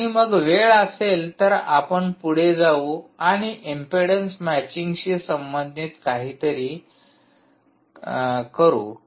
आणि मग वेळ असेल तर आपण पुढे जाऊ आणि एम्पेडन्स मॅचिंगशी संबंधित काहीतरी करू